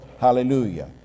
Hallelujah